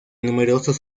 numerosos